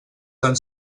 tan